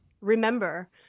remember